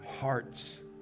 hearts